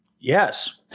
Yes